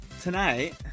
tonight